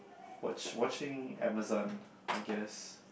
watch watching Amazon I guess